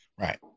Right